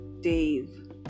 Dave